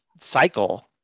cycle